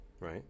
Right